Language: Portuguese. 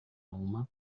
uma